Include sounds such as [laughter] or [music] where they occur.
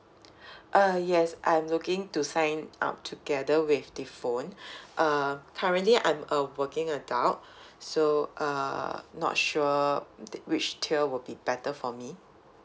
[breath] uh yes I'm looking to sign up together with the phone [breath] uh currently I'm a working adult [breath] so uh not sure which tier will be better for me